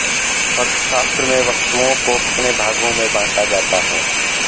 अर्थशास्त्र में वस्तुओं को कितने भागों में बांटा जाता है?